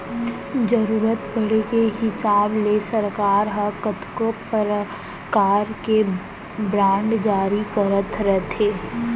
जरूरत परे के हिसाब ले सरकार ह कतको परकार के बांड जारी करत रथे